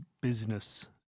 business